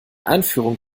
einführung